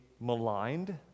maligned